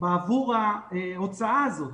בעבור ההוצאה הזו.